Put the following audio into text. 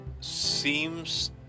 seems